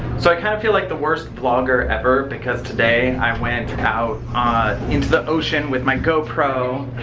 so i kind of feel like the worse vlogger ever, because today, i went out into the ocean with my gopro,